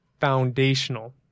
foundational